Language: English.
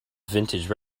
vintage